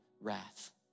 Wrath